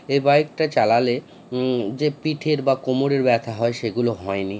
এই বাইকটা চালালে যে পিঠের বা কোমরের ব্যথা হয় সেগুলো হয়নি